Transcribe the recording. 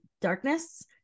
darkness